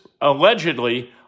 allegedly